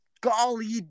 golly